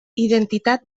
identitat